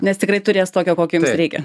nes tikrai turės tokio kokį jums reikia